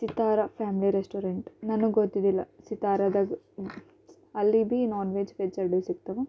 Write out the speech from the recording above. Sithara family restaurant ನನಗೆ ಗೊತ್ತಿದ್ದಿಲ್ಲ ಸಿತಾರದಾಗ ಅಲ್ಲಿ ಬಿ ನಾನ್ ವೆಜ್ ವೆಜ್ ಎರಡು ಸಿಕ್ತವ